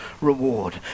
reward